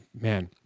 man